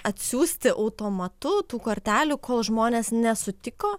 atsiųsti automatu tų kortelių kol žmonės nesutiko